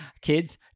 kids